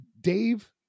dave